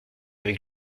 avec